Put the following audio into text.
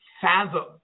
fathom